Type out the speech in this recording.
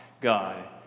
God